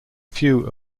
few